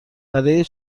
برای